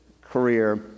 career